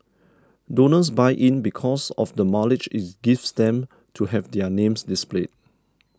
donors buy in because of the mileage it gives them to have their names displayed